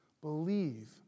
Believe